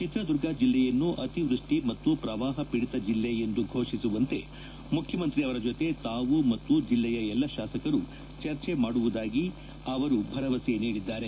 ಚಿತ್ರದುರ್ಗ ಜಿಲ್ಲೆಯನ್ನು ಅತಿವೃಷ್ಟಿ ಮತ್ತು ಪ್ರವಾಹ ಪೀಡಿತ ಜಿಲ್ಲೆ ಎಂದು ಘೋಷಿಸುವಂತೆ ಮುಖ್ಯಮಂತ್ರಿ ಅವರ ಜತೆ ತಾವು ಮತ್ತು ಜಿಲ್ಲೆಯ ಎಲ್ಲ ಶಾಸಕರೂ ಚರ್ಚೆ ಮಾಡುವುದಾಗಿ ಅವರು ಭರವಸೆ ನೀಡಿದ್ದಾರೆ